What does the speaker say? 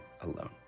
alone